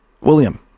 William